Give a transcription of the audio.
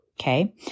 Okay